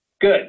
Good